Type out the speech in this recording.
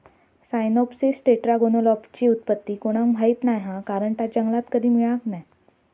Cyamopsis टेट्रागोनोलोबाची उत्पत्ती कोणाक माहीत नाय हा कारण ता जंगलात कधी मिळाक नाय